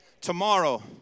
Tomorrow